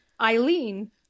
Eileen